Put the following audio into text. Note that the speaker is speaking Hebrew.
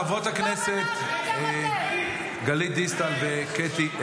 חברות הכנסת גלית דיסטל וקטי.